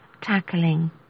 tackling